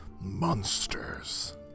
monsters